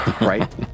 Right